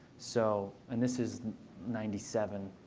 so and this is ninety seven.